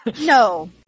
No